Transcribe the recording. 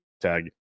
tag